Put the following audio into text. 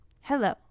hello